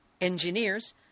engineers